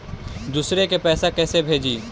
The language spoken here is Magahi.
दुसरे के पैसा कैसे भेजी?